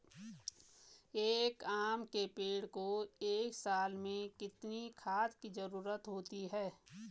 एक आम के पेड़ को एक साल में कितने खाद की जरूरत होती है?